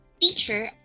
teacher